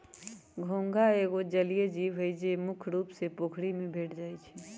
घोंघा एगो जलिये जीव हइ, जे मुख्य रुप से पोखरि में भेंट जाइ छै